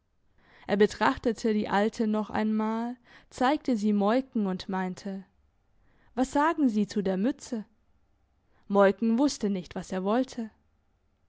er betrachtete die alte noch einmal zeigte sie moiken und meinte was sagen sie zu der mütze moiken wusste nicht was er wollte